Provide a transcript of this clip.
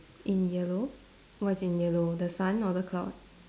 in yellow what's in yellow the sun or the cloud